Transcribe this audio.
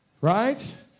right